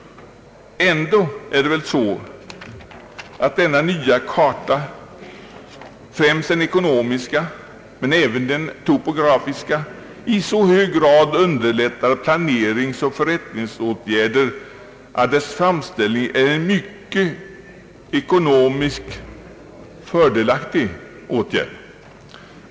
Ändå är det väl så, att denna nya karta, främst den ekonomiska men även den topografiska, i så hög grad underlättar planeringsoch förrättningsåtgärder att dess framställning är en ekonomiskt sett mycket fördelaktig åtgärd.